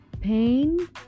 pain